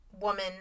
woman